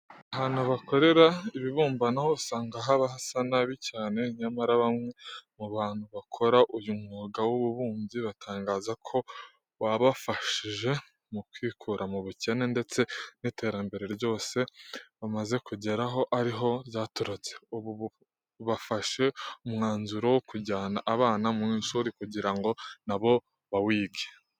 Ahantu bakorera ibibumbano usanga haba hasa nabi cyane. Nyamara bamwe mu bantu bakora uyu mwuga w'ububumbyi batangaza ko wabafashije mu kwikura mu bukene, ndetse n'iterambere ryose bamaze kugeraho ari ho ryaturutse. Ubu bafashe umwanzuro wo kujyana abana mu ishuri kugira ngo na bo bawige.